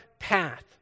path